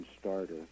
starter